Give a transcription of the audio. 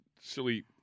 silly